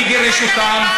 מי גירש אותם?